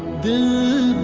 the